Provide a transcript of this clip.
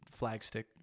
flagstick